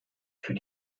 für